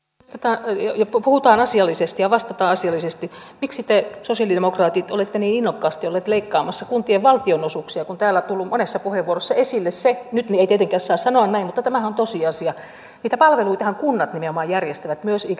tätä lajia jo puhutaan asiallisesti ja vastata asiallisesti miksi te sosialidemokraatit olette niin innokkaasti olet leikkaamassa kuntien valtionosuuksia kun täällä monessa puheenvuorossa esille se miten ikä saa sanoa näin tämä on paljon ammatteja joihin opinnot voivat valmistaa vain osittain